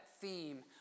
theme